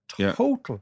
total